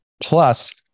Plus